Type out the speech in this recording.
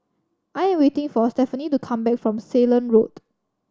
I am waiting for Stephani to come back from Ceylon Road